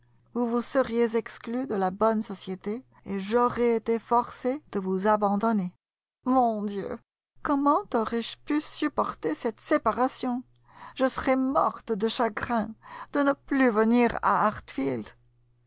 vous vous seriez exclue de la bonne société et j'aurais été forcée de vous abandonner mon dieu comment aurais-je pu supporter cette séparation je serais morte de chagrin de ne plus venir à